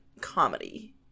comedy